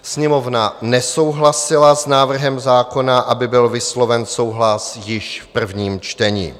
Sněmovna nesouhlasila s návrhem zákona, aby byl vysloven souhlas již v prvním čtení.